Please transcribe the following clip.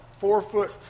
four-foot